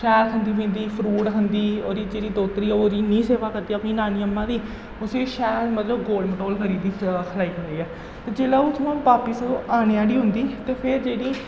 शैल खंदा पींदी फरूट खंदी ओह्दी जेह्ड़ी दोह्तरी ऐ ओह् ओह्दी इन्नी सेवा करदी अपनी नानी अम्मां दी उसी शैल मतलब गोल मटोल करियै ओड़दी खाई पलाइयै जिसलै ओह् उत्थुआं बापस ओह् आने आह्ली होंदी ते फेर जेह्ड़ी